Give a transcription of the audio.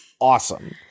awesome